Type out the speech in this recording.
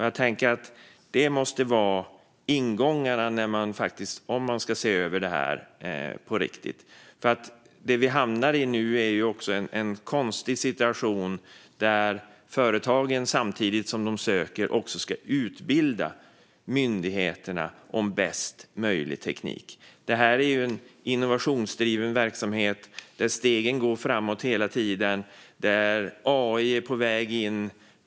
Jag tänker att det här måste vara ingången om man ska se över detta på riktigt, för man hamnar nu i en konstig situation där företagen samtidigt som de söker också ska utbilda myndigheterna om bästa möjliga teknik. Det här är ju en innovationsdriven verksamhet som går framåt hela tiden och där AI är på väg in.